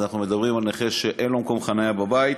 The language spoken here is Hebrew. אז אנחנו מדברים על נכה שאין לו מקום חניה בבית.